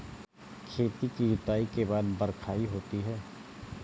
खेती की जुताई के बाद बख्राई होती हैं?